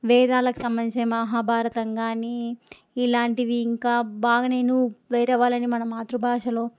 వేదాలకు సంబంధించిన మహాభారతం గానీ ఇలాంటివి ఇంకా బాగ నేను వేరే వాళ్ళని మన మాతృభాషలో